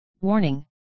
Warning